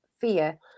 fear